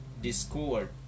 discord